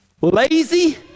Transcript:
Lazy